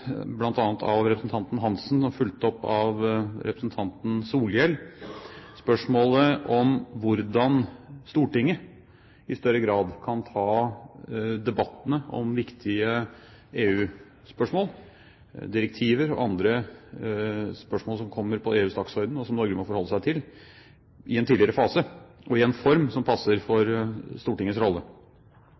av representanten Svein Roald Hansen og fulgt opp av representanten Solhjell, om hvordan Stortinget i større grad kan ta debattene om viktige EU-spørsmål, direktiver og andre spørsmål, som kommer på EUs dagsorden, og som Norge må forholde seg til i en tidligere fase og i en form som passer for Stortingets rolle.